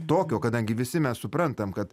tokio kadangi visi mes suprantam kad